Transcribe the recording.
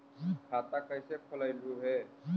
खाता कैसे खोलैलहू हे?